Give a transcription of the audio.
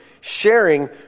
sharing